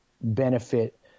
benefit